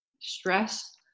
Stress